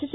S